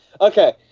Okay